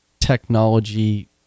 technology